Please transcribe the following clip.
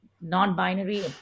non-binary